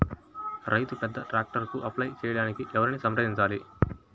రైతు పెద్ద ట్రాక్టర్కు అప్లై చేయడానికి ఎవరిని సంప్రదించాలి?